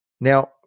Now